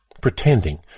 Pretending